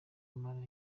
mara